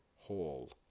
Hall